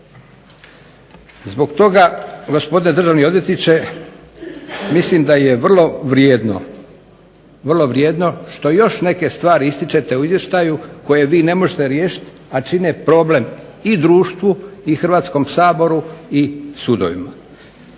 Zbog toga, gospodine državni odvjetniče, mislim da je vrlo vrijedno što još neke stvari ističete u izvještaju koje vi ne možete riješiti, a čine problem i društvu i Hrvatskom saboru i sudovima.